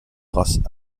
grâce